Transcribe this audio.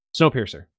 Snowpiercer